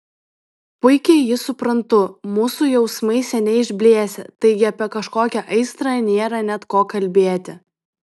puikiai jį suprantu mūsų jausmai seniai išblėsę taigi apie kažkokią aistrą nėra net ko kalbėti